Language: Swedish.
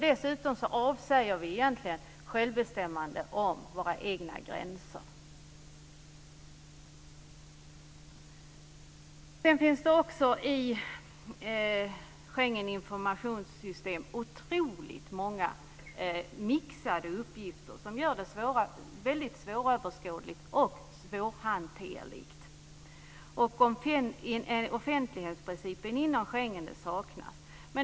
Dessutom avsäger vi oss egentligen självbestämmande över våra egna gränser. Det finns också i Schengens informationssystem otroligt många mixade uppgifter som gör det hela väldigt svåröverskådligt och svårhanterligt. Och offentlighetsprincipen inom Schengen saknas.